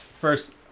first